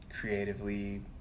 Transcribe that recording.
creatively